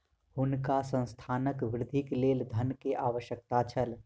हुनका संस्थानक वृद्धिक लेल धन के आवश्यकता छल